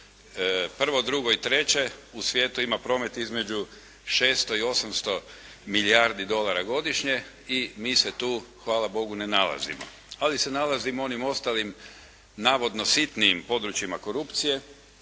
Prvo, drugo i treće u svijetu ima promet između 600 i 800 milijardi dolara godišnje i mi se tu hvala Bogu ne nalazimo, ali se nalazimo u onim ostalim navodno sitnim područjima korupcije